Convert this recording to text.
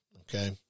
okay